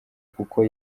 kuko